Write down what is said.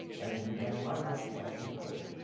and it can be done automatically by a compiler.